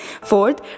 Fourth